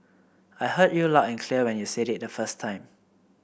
I heard you loud and clear when you said it the first time